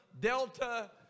Delta